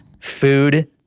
food